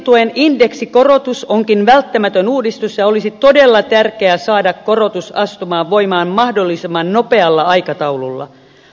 opintotuen indeksikorotus onkin välttämätön uudistus ja olisi todella tärkeää saada korotus astumaan voimaan mahdollisimman nopealla aikataululla